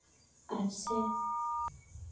ᱟᱴ ᱥᱮ